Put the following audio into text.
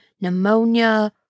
pneumonia